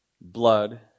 blood